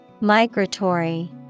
Migratory